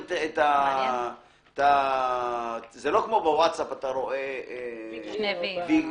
זה לא כמו בווטסאפ שאתה רואה שני "וי".